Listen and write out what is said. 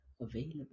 available